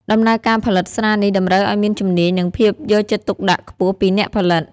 ដំណើរការផលិតស្រានេះតម្រូវឱ្យមានជំនាញ និងភាពយកចិត្តទុកដាក់ខ្ពស់ពីអ្នកផលិត។